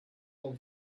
all